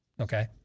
okay